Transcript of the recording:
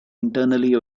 internally